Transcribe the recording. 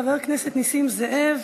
חבר הכנסת נסים זאב.